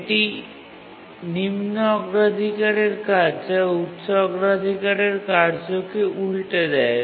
এটি নিম্ন অগ্রাধিকারের কাজ যা উচ্চ অগ্রাধিকারের কার্যকে উল্টে দেয়